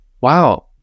wow